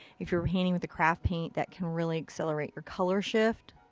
if you're painting with a craft paint, that can really accelerate your color shift.